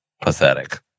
pathetic